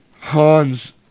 Hans